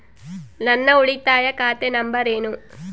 ನನ್ನ ಉಳಿತಾಯ ಖಾತೆ ನಂಬರ್ ಏನು?